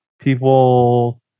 people